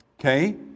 okay